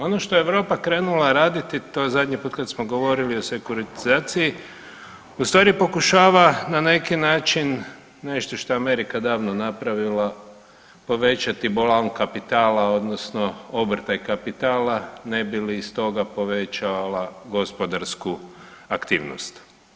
Ono što je Europa krenula raditi to zadnji put kada smo govorili o sekuritizaciji ustvari pokušava na neki način nešto što je Amerika davno napravila, povećati … kapitala odnosno obrta i kapitala ne bi li stoga povećala gospodarsku aktivnost.